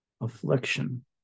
affliction